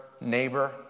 neighbor